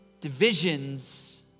Divisions